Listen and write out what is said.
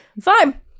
Fine